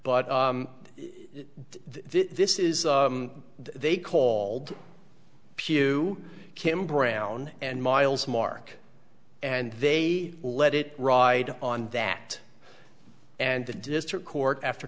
but this is they called pugh kim brown and miles mark and they let it ride on that and the district court after